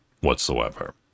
whatsoever